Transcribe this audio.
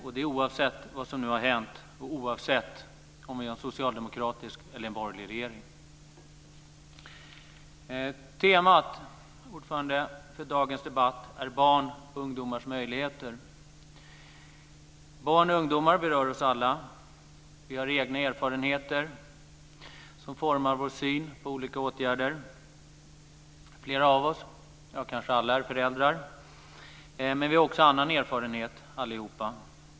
Detta är oavsett vad som nu har hänt och oavsett om vi har en socialdemokratisk eller en borgerlig regering. Temat för dagens debatt, herr talman, är barns och ungdomars möjligheter. Barn och ungdomar berör oss alla. Vi har egna erfarenheter som formar vår syn på olika åtgärder. Flera av oss, ja, kanske alla, är föräldrar, men vi har också annan erfarenhet allihopa.